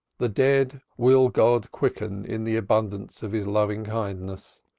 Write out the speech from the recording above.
the dead will god quicken in the abundance of his loving kindness.